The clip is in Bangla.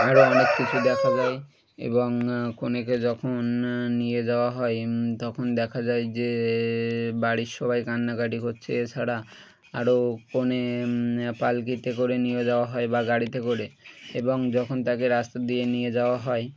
আরও অনেক কিছু দেখা যায় এবং কনেকে যখন নিয়ে যাওয়া হয় তখন দেখা যায় যে বাড়ির সবাই কাঝ কাটি করচ্ছে এছাড়া আরও কনে পালকিতে করে নিয়ে যাওয়া হয় বা গাড়িতে করে এবং যখন তাকে রাস্তা দিয়ে নিয়ে যাওয়া হয়